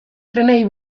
trenei